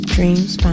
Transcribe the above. Dreams